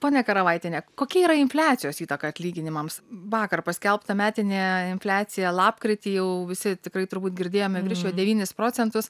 ponia karavaitiene kokia yra infliacijos įtaka atlyginimams vakar paskelbta metinė infliacija lapkritį jau visi tikrai turbūt girdėjome virš devynis procentus